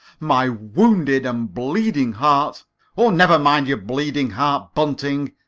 my wounded and bleeding heart oh, never mind your bleeding heart, bunting,